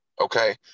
Okay